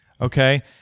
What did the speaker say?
Okay